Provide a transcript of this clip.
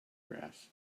grass